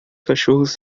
cachorros